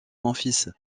memphis